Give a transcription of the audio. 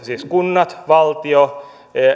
siis kunnat valtio